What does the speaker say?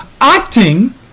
acting